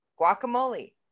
guacamole